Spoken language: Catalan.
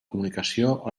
comunicació